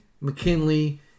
McKinley